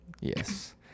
yes